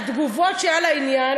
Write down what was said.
התגובות שהיו על העניין.